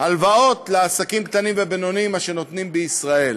הלוואות לעסקים קטנים ובינוניים מאשר נותנים בישראל.